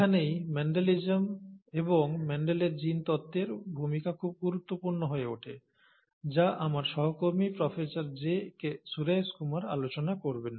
এখানেই মেন্ডেলিজম এবং মেন্ডেলের জিনতত্ত্বের ভূমিকা খুব গুরুত্বপূর্ণ হয়ে ওঠে যা আমার সহকর্মী প্রফেসর জিকে সুরাইসকুমার আলোচনা করবেন